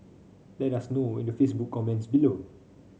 let us know in the Facebook comments below